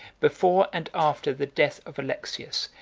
before and after the death of alexius,